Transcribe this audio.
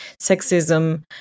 sexism